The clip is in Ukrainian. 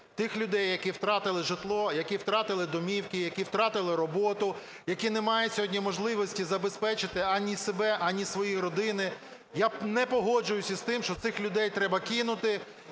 тих людей, які втратили житло, які втратили домівки, які втратили роботу, які не мають сьогодні можливості забезпечити ані себе, ані свої родини. Я не погоджуюся з тим, що цих людей треба кинути